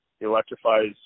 electrifies